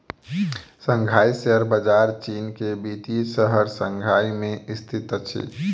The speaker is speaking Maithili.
शंघाई शेयर बजार चीन के वित्तीय शहर शंघाई में स्थित अछि